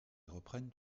reprennent